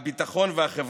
הביטחון והחברה,